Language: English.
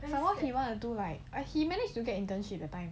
then why do he want to do right he managed to get internship that time